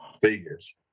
figures